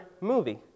movie